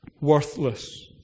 worthless